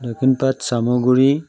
Dakshinpat Chamaguri